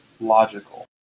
logical